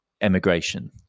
emigration